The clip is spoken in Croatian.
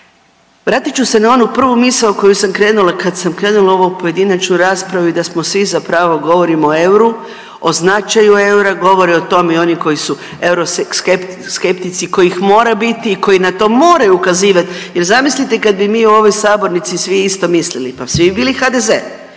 Vratit ću se na onu prvu misao koju sam krenula kad sam krenula u ovu pojedinačnu raspravu i smo svi zapravo govorimo o euru, o značaju eura. Govore o tome i oni koji su euroskeptici kojih mora biti i koji na to moraju ukazivati jer zamislite kad bi mi u ovoj sabornici svi isto mislili, pa svi bi bili HDZ